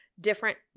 different